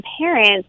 parents